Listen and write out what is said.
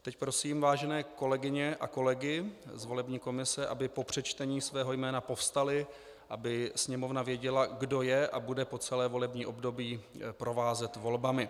Teď prosím vážené kolegyně a kolegy z volební komise, aby po přečtení svého jména povstali, aby sněmovna věděla, kdo je a bude po celé volební období provázet volbami.